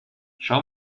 schau